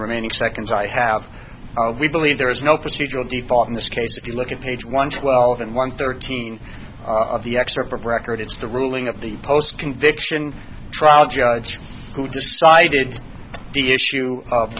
the remaining seconds i have we believe there is no procedural default in this case if you look at page one twelve and one thirteen of the excerpt record it's the ruling of the post conviction trial judge who decided the issue of